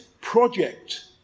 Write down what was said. project